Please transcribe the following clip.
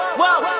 whoa